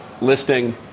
listing